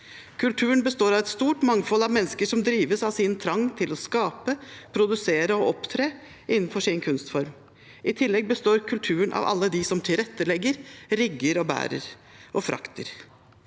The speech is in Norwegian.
Kulturen består av et stort mangfold av mennesker som drives av sin trang til å skape, produsere og opptre innenfor sin kunstform. I tillegg består kulturen av alle dem som tilrettelegger, rigger, bærer og frakter.